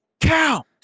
count